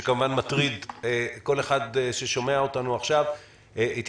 שכמובן מטריד כל מי ששומע אותנו עכשיו,